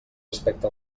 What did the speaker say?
respecte